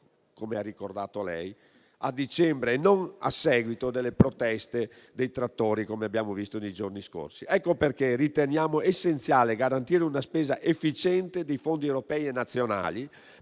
come ha ricordato lei, a dicembre e non a seguito delle proteste dei trattori che abbiamo visto nei giorni scorsi. Riteniamo essenziale garantire una spesa efficiente dei fondi europei e nazionali,